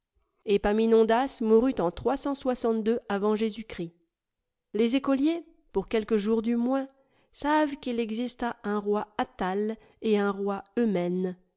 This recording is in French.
par là epaminondas mourut en avant j g les écoliers pour quelques jours du moins savent qu'il exista un roi attale et un roi eumène